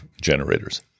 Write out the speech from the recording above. generators